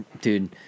Dude